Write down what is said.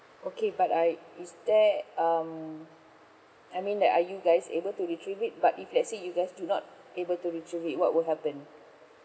okay but I is there um I mean that are you guys able to retrieve it but if let's say you guys do not able to retrieve it what will happen